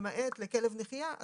למעט לכלב נחייה,